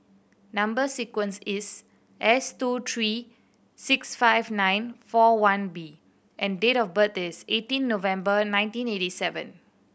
number sequence is S two three six five nine four one B and date of birth is eighteen November nineteen eighty seven